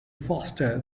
faster